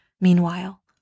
Meanwhile